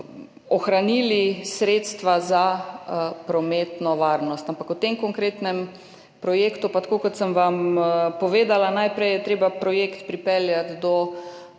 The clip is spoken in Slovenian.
ohranili sredstva za prometno varnost. Ampak o tem konkretnem projektu pa tako, kot sem vam povedala, najprej je treba projekt pripeljati do